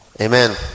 amen